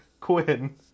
quinn